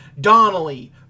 Donnelly